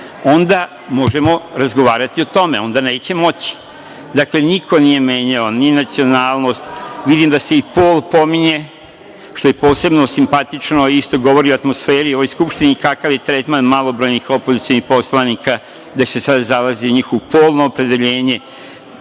onda možemo razgovarati o tome. Onda neće moći. Dakle, niko nije menjao ni nacionalnost, vidim da se i pol pominje, što je posebno simpatično i isto govori o atmosferi u ovoj Skupštini i kakav je tretman malobrojnih opozicionih poslanika, da se sada zalazi i u njihovo polno opredeljenje